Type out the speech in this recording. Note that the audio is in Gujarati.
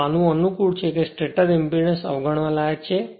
તે માનવું અનુકૂળ છે કે સ્ટેટર ઇંપેડન્સ અવગણવા લાયક છે